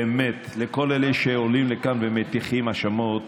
באמת לכל אלה שעולים לכאן ומטיחים האשמות